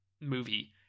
movie